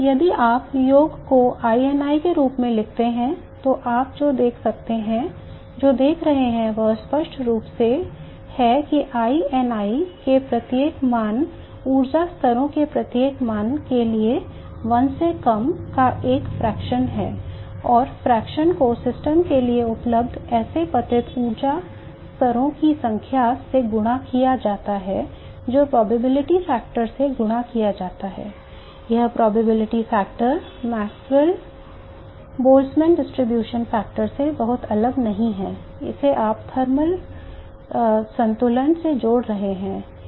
यदि आप योग को i Ni के रूप में लिखते हैं तो आप जो देख रहे हैं वह स्पष्ट रूप से है कि i Ni i के प्रत्येक मान ऊर्जा स्तरों के प्रत्येक मान के लिए 1 से कम का एक अंश से बहुत अलग नहीं है जिसे आप थर्मल संतुलन से जोड़ रहे हैं